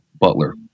butler